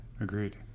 Agreed